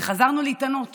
וחזרנו להתענות